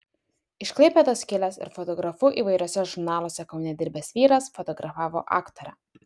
iš klaipėdos kilęs ir fotografu įvairiuose žurnaluose kaune dirbęs vyras fotografavo aktorę